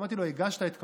אמרתי לו: הגשת את הבקשה?